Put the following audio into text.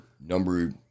number